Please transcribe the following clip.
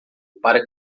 para